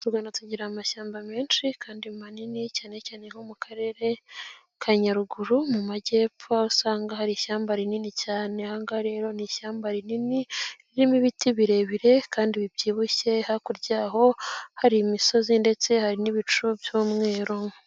M Rwanda tugira amashyamba menshi kandi manini cyanecyane nko mu karere ka nyaruguru mu majyepfo usanga hari ishyamba rinini cyane, ahangaha rero ni ishyamba rinini ririmo ibiti birebire kandi bibyibushye hakurya yaho hari imisozi ndetse hari n'ibicu by'umweru.